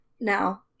Now